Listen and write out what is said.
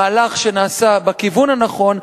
אני מברך אותך על המהלך שנעשה בכיוון הנכון.